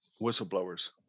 whistleblowers